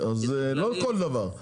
אז לא כל דבר,